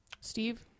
Steve